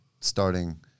starting